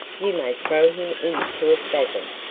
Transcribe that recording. you may throw him into a spasm.